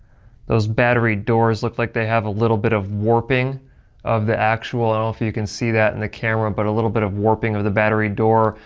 those battery doors look like they have a little bit of warping of the actual, i don't know if you can see that in the camera, but a little bit of warping of the battery door.